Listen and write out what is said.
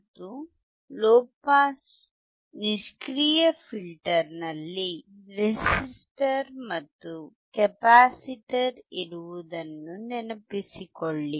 ಮತ್ತು low pass ನಿಷ್ಕ್ರಿಯ filter ನಲ್ಲಿ ರೆಸಿಸ್ಟರ್ ಮತ್ತು ಕೆಪಾಸಿಟರ್ ಇರುವುದನ್ನು ನೆನಪಿಸಿಕೊಳ್ಳಿ